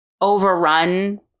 overrun